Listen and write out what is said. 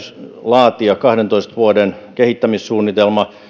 laatia kahdentoista vuoden kehittämissuunnitelma